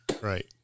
right